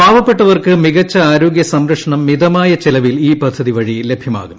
പാവപ്പെട്ടവർക്ക് മികച്ച ആരോഗൃ സംരക്ഷണം മിതമായ ചിലവിൽ ഈ പദ്ധതി വഴി ലഭ്യമാകും